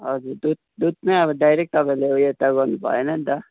हजुर दुध दुधमै अब डाइरेक्ट तपाईँले उयो त गर्नुभएन नि त